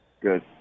Good